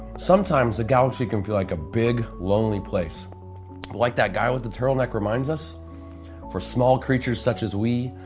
sometimes, the galaxy can feel like a big, lonely place, but like that guy with the turtleneck reminds us for small creatures such as we,